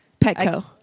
petco